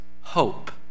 hope